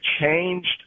changed